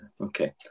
Okay